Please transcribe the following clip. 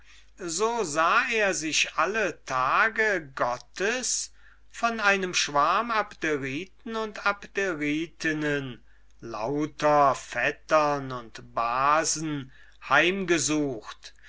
so sah er sich alle tage gottes von einem schwarm von abderiten und abderitinnen lauter vettern und basen heimgesucht